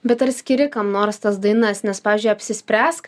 bet ar skiri kam nors tas dainas nes pavyzdžiui apsispręsk